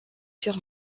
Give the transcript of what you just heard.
sur